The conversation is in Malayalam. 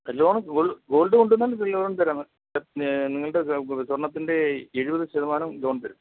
ലോണ് ഗോൾഡ് കൊണ്ടുവന്നാൽ ലോൺ തരാം നിങ്ങളുടെ സ്വർണ്ണത്തിൻ്റെ എഴുപത് ശതമാനം ലോൺ തരും